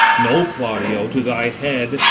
know, claudio, to thy head,